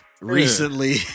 recently